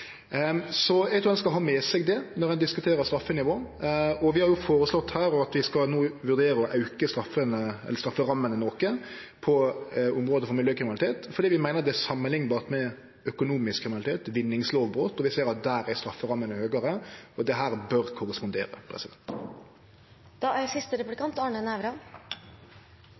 Eg trur ein skal ha med seg det når ein diskuterer straffenivå. Vi har jo føreslått at vi skal vurdere å auke strafferammene noko på område som miljøkriminalitet, fordi vi meiner det er samanliknbart med økonomisk kriminalitet, vinningslovbrot. Vi ser at strafferammene er høgare der, og dette bør korrespondere. Det er vel knapt noe område innen norsk miljøforvaltning der det er